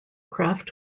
craft